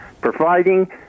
providing